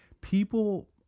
People